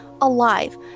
alive